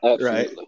right